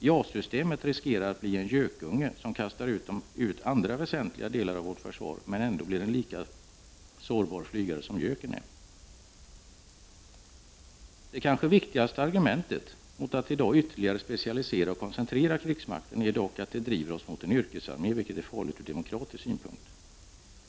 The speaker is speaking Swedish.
JAS systemet riskerar att bli en gökunge, som kastar ut andra väsentliga delar av vårt försvar, men ändå bli en lika sårbar flygare som göken. Det kanske viktigaste argumentet mot att i dag ytterligare specialisera och koncentrera krigsmakten är dock att det driver oss mot en yrkesarmé, vilket är farligt från demokratisk synpunkt.